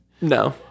No